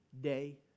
day